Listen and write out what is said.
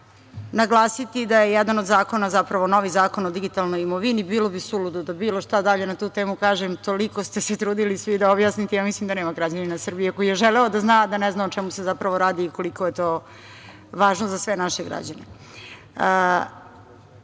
naglasiti da je jedan od zakona, zapravo novi Zakon o digitalnoj imovini, bilo bi suludo da bilo šta dalje na tu temu kažem, toliko ste se trudili da svi objasnite, ja mislim da nema građanina Srbije koji je želeo da zna, a da ne zna o čemu se zapravo radi i koliko je to važno za sve naše građane. Ostali